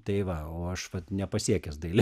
tai va o aš vat nepasiekęs daili